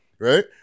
Right